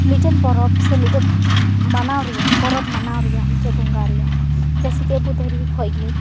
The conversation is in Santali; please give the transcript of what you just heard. ᱢᱤᱫᱴᱮᱱ ᱯᱚᱨᱚᱵᱽ ᱥᱮ ᱢᱤᱫᱴᱮᱱ ᱢᱟᱱᱟᱣ ᱨᱮᱭᱟᱜ ᱯᱚᱨᱚᱵᱽ ᱢᱟᱱᱟᱣ ᱨᱮᱭᱟᱜ ᱢᱤᱫᱴᱮᱱ ᱵᱚᱸᱜᱟ ᱨᱮᱭᱟᱜ ᱡᱮᱥᱮᱠᱤ ᱟᱵᱚ ᱫᱟᱨᱮ ᱠᱷᱚᱱ ᱜᱮ